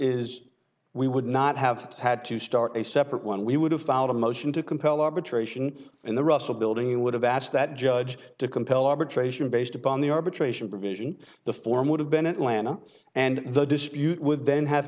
is we would not have had to start a separate one we would have filed a motion to compel arbitration in the russell building you would have asked that judge to compel arbitration based upon the arbitration provision the form would have been atlanta and the dispute with then have